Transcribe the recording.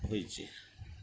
ହୋଇଛି